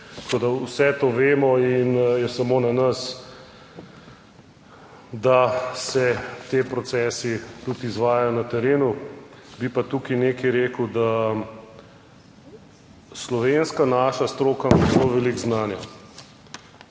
da vse to vemo in je samo na nas, da se ti procesi tudi izvajajo na terenu. Bi pa tukaj nekaj rekel, da slovenska naša stroka ima zelo veliko znanja.